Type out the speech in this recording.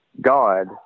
God